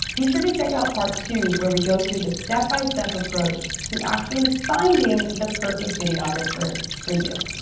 be sure to check out part two, where we go through the step by step approach to actually finding the perfect videographer for you.